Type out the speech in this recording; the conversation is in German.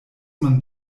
man